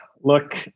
look